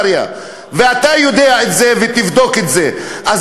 על יהדות הונגריה,